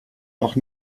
noch